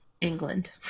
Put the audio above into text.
England